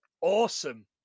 awesome